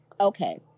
Okay